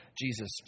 Jesus